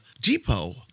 depot